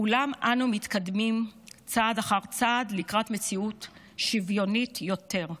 אולם אנו מתקדמים צעד אחר צעד לקראת מציאות שוויונית יותר.